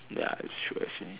ya true actually